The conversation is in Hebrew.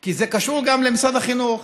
כי זה קשור גם למשרד החינוך.